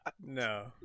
No